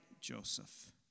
Joseph